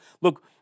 Look